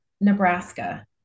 Nebraska